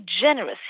generous